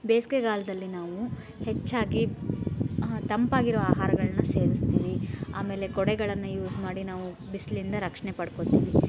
ಬೇಸಿಗೆಗಾಲ್ದಲ್ಲಿ ನಾವು ಹೆಚ್ಚಾಗಿ ತಂಪಾಗಿರುವ ಆಹಾರಗಳ್ನ ಸೇವಿಸ್ತೀವಿ ಆಮೇಲೆ ಕೊಡೆಗಳನ್ನು ಯೂಸ್ ಮಾಡಿ ನಾವು ಬಿಸಿಲಿಂದ ರಕ್ಷಣೆ ಪಡ್ಕೋತೀವಿ